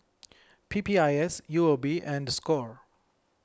P P I S U O B and Score